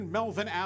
Melvin